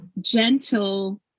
gentle